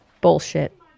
Bullshit